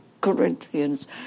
Corinthians